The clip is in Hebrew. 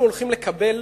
אנחנו הולכים לקבל